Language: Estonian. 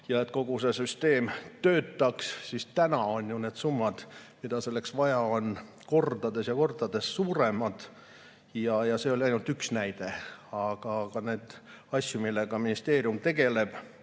ja et kogu see süsteem töötaks, aga täna on need summad, mida selleks vaja on, kordades ja kordades suuremad. See on ainult üks näide, aga neid asju, valdkondi, millega ministeerium tegeleb,